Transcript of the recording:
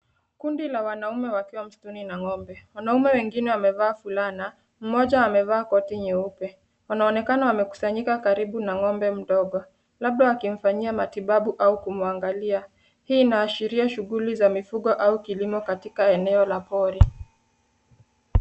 Kundi la wanaume wakiwa msituni na ng'ombe. Wanaume wengine wamevaa fulana, mmoja amevaa koti nyeupe. Wanaonekana wamekusanyika karibu na ng'ombe mdogo, labda wakimfanyia matibabu au kumwangalia. Hii inaashiria shughuli za mifugo au kilimo katika eneo la kore.